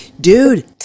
dude